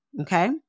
okay